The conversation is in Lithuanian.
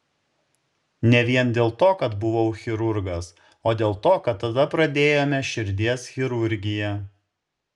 ne vien dėl to kad buvau chirurgas o dėl to kad tada pradėjome širdies chirurgiją